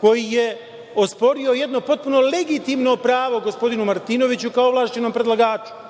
koji je osporio jedno potpuno legitimno pravo gospodinu Martinoviću, kao ovlašćenom predlagaču,